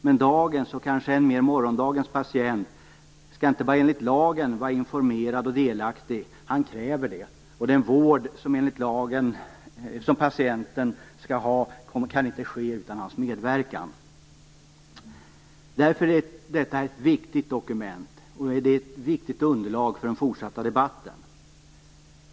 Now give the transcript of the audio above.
Men dagens, och kanske ännu mer morgondagens, patient skall inte bara enligt lagen vara informerad och delaktig, utan han eller hon kräver också det. Den vård som patienten skall ha kan inte ges utan patientens medverkan. Därför är detta ett viktigt dokument och ett viktigt underlag för den fortsatta debatten.